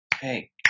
hey